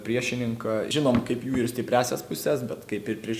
priešininką žinom kaip jų ir stipriąsias puses bet kaip ir prieš